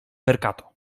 perkato